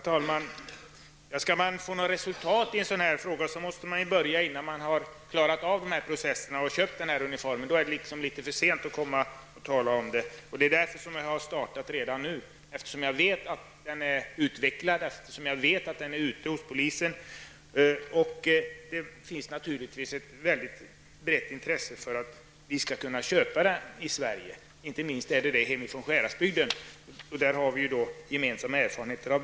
Herr talman! Skall man få något resultat i en sådan här fråga måste man börja innan man har klarat av dessa processer och köpt uniformen -- då är det för sent att komma och tala om detta. Därför har jag startat redan nu. Jag vet att uniformen är utvecklad och den finns ute hos polisen. Det finns naturligtvis ett brett intresse för att vi skall kunna köpa den i Sverige; inte minst från Sjuhäradsbygden. Därifrån har vi gemensamma erfarenheter.